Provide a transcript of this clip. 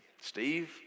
Steve